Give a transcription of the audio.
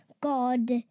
God